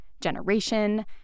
generation